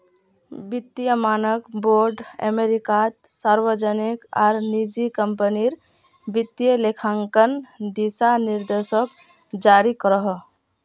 वित्तिय मानक बोर्ड अमेरिकात सार्वजनिक आर निजी क्म्पनीर वित्तिय लेखांकन दिशा निर्देशोक जारी करोहो